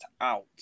out